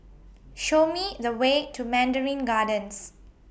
Show Me The Way to Mandarin Gardens